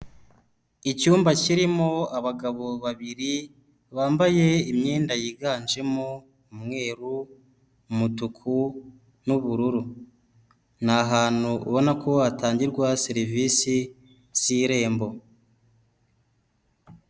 Icyumba kirimo abagabo babiri bambaye imyenda yiganjemo umweru, umutuku n’ubururu, ni ahantu ubona ko hatangirwa serivisi z’irembo.